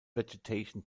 vegetation